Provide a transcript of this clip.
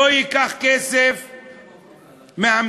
לא ייקח כסף מהמדינה.